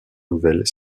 nouvelle